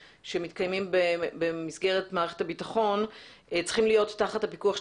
שמתקיימים במסגרת מערכת הביטחון צריכים להיות תחת הפיקוח של